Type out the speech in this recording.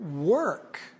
work